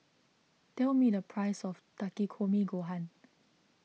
tell me the price of Takikomi Gohan